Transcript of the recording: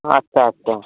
আচ্ছা আচ্ছা